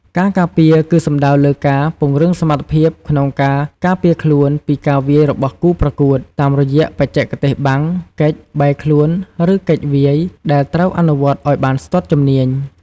ការការពារគឺសំដៅលើការ ពង្រឹងសមត្ថភាពក្នុងការការពារខ្លួនពីការវាយរបស់គូប្រកួត តាមរយៈបច្ចេកទេសបាំង គេច បែរខ្លួន ឬគេចវាយ ដែលត្រូវអនុវត្តឲ្យបានស្ទាត់ជំនាញ។